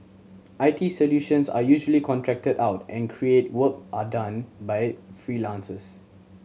I T solutions are usually contracted out and creative work are done by freelancers